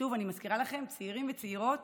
שוב אני מזכירה לכם, צעירים וצעירות